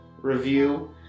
review